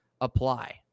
apply